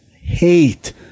hate